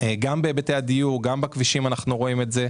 גם בהיבטי הדיור וגם בכבישים אנחנו רואים את זה,